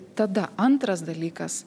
tada antras dalykas